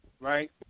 right